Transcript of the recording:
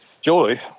joy